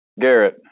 Garrett